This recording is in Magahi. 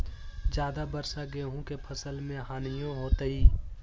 ज्यादा वर्षा गेंहू के फसल मे हानियों होतेई?